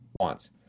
wants